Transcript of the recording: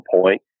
point